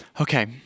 okay